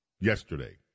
yesterday